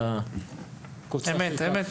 אמת.